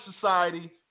Society